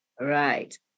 Right